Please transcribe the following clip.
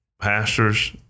pastors